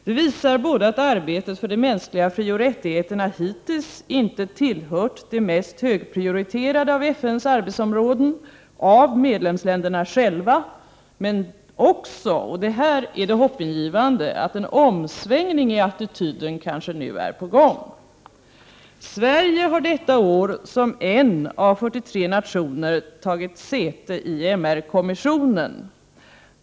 Det visar både att arbetet för de mänskliga frioch rättigheterna hittills inte tillhört de mest högprioriterade av FN:s arbetsområden av medlemsländerna och — och detta är det hoppingivande — att en omsvängning i attityden kanske nu är på gång. Sverige har detta år som en av 43 nationer tagit säte i MR-kommissionen.